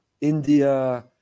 India